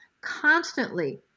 constantly